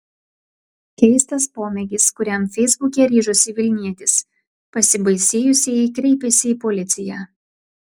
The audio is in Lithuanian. keistas pomėgis kuriam feisbuke ryžosi vilnietis pasibaisėjusieji kreipėsi į policiją